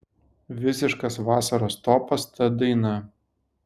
visiškas vasaros topas ta daina